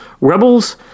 Rebels